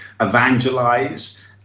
evangelize